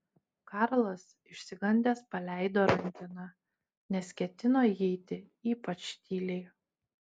karlas išsigandęs paleido rankeną nes ketino įeiti ypač tyliai